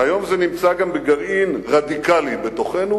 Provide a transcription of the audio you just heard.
והיום זה נמצא גם בגרעין רדיקלי בתוכנו,